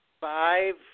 Five